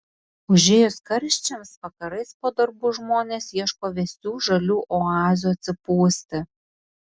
užėjus karščiams vakarais po darbų žmonės ieško vėsių žalių oazių atsipūsti